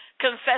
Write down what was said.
Confess